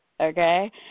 Okay